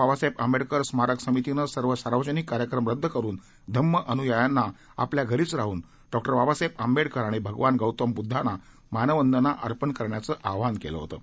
बाबासाहेब आंबेडकर स्मारक समितीनं सर्व सार्वजनिक कार्यक्रम रद्द करून धम्मअनुयायांना आपल्या घरीच राहून डॉक्टर बाबासाहेब आंबेडकर आणि भगवान गौतम बुद्धांना मानवंदना अर्पण करण्याचं आवाहन केलं होतं